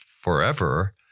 forever